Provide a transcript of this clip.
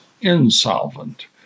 insolvent